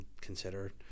consider